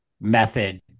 method